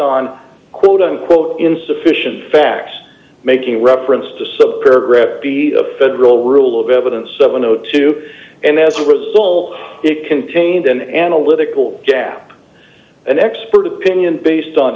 on quote unquote insufficient facts making reference to a federal rule of evidence seven o two and as a result it contains an analytical gap an expert opinion based on